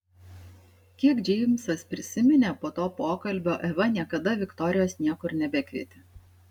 kiek džeimsas prisiminė po to pokalbio eva niekada viktorijos niekur nebekvietė